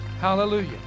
hallelujah